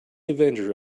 avenger